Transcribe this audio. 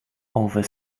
over